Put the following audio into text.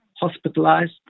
hospitalized